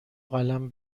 قلم